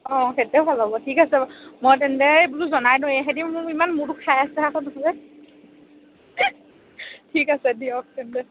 অ সেইটোৱে ভাল হ'ব ঠিক আছে বাৰু মই তেন্তে এই বোলো জনাই দিওঁ এহেঁতি মোক ইমান মূৰটো খাই আছে আকৌ নহ'লে ঠিক আছে দিয়ক তেন্তে